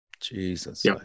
Jesus